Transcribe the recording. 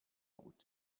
بود